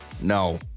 No